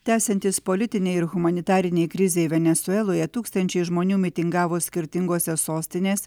tęsiantis politinei ir humanitarinei krizei venesueloje tūkstančiai žmonių mitingavo skirtingose sostinės